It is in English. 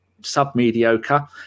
sub-mediocre